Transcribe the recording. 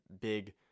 big